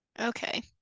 Okay